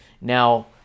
Now